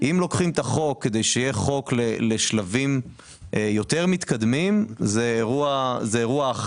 אם לוקחים את החוק כדי שיהיה חוק לשלבים יותר מתקדמים זה אירוע אחר,